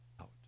out